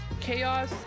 chaos